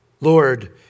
Lord